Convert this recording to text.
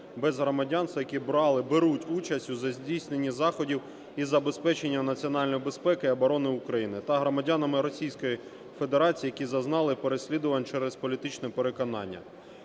без громадянства, які брали, беруть участь у здійсненні заходів із забезпечення національної безпеки і оборони України та громадянами Російської Федерації, які зазнали переслідувань через політичне переконання.